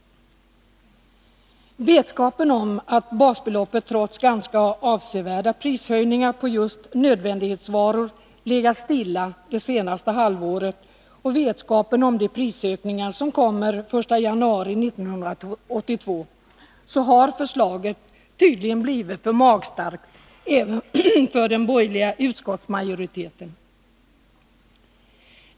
Vetskapen om att basbeloppet trots ganska avsevärda prishöjningar på just nödvändighetsvaror legat stilla det senaste halvåret och vetskapen om de prisökningar som kommer den 1 januari 1982 har gjort att förslaget tydligen blivit för magstarkt även för den borgerliga utskottsmajoriteten.